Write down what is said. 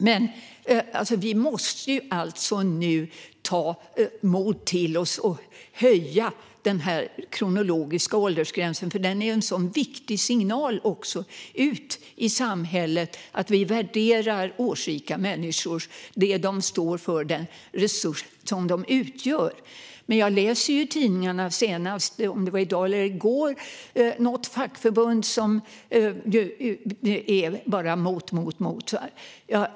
Men vi måste nu ta mod till oss och höja den kronologiska åldersgränsen, för den är en viktig signal ut i samhället om att vi värderar årsrika människor, det de står för och den resurs som de utgör. Men jag har läst i tidningarna, senast i dag eller i går, om fackförbund som bara är mot, mot, mot.